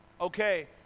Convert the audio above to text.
Okay